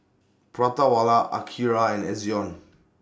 Prata Wala Akira and Ezion